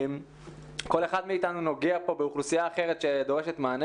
כל אחד מאיתנו נוגע פה באוכלוסייה אחרת שדורשת מענה